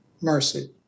mercy